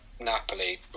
Napoli